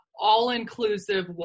all-inclusive